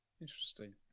interesting